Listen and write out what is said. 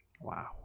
Wow